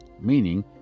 meaning